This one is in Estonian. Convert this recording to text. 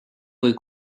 kui